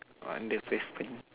on the pavement